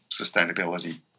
sustainability